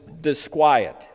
disquiet